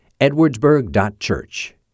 edwardsburg.church